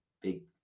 big